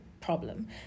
problem